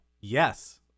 yes